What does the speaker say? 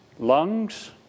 Lungs